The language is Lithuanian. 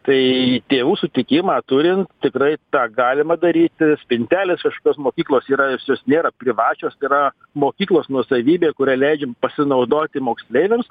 tai tėvų sutikimą turint tikrai tą galima daryti spintelės kažkokios mokyklos yra jos jos nėra privačios tai yra mokyklos nuosavybė kuria leidžiama pasinaudoti moksleiviams